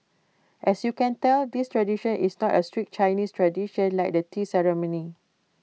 as you can tell this tradition is not A strict Chinese tradition like the tea ceremony